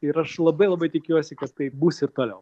ir aš labai labai tikiuosi kad taip bus ir toliau